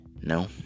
No